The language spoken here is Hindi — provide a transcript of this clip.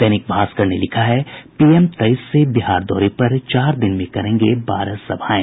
दैनिक भास्कर ने लिखा है पीएम तेईस से बिहार दौरे पर चार दिन में करेंगे बारह सभाएं